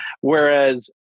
whereas